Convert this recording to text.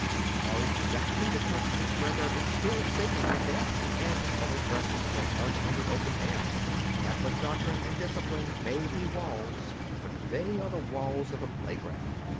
are exactly the countries where there is still singing and dancing and coloured dresses and art in the open-air. catholic doctrine and discipline may be walls but they are the walls of a playground.